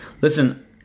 listen